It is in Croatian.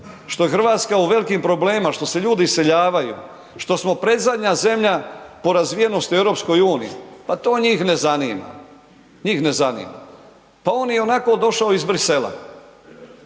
što je Hrvatska u velik problemima, što se ljudi iseljavaju, što smo predzadnja zemlja po razvijenosti u EU, pa to njih ne zanima, njih ne zanima. Pa on je ionako došao iz Bruxellesa,